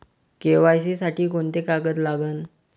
KYC साठी कोंते कागद लागन?